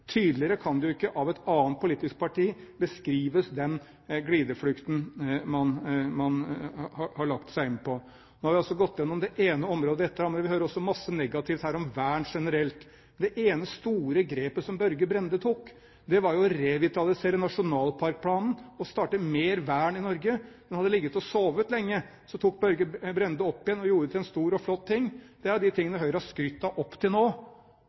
Tydeligere kan jo ikke den glideflukten man har lagt seg på, beskrives av et annet politisk parti. Nå har vi altså gått igjennom det ene området etter det andre. Vi hører også masse negativt her om vern generelt. Det ene store grepet som Børge Brende tok, var jo å revitalisere nasjonalparkplanen og starte mer vern i Norge. Den hadde ligget og sovet lenge, men så tok Børge Brende den opp igjen og gjorde den til en stor og flott ting. Det er én av de tingene Høyre har skrytt av fram til nå.